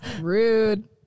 Rude